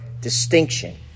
distinction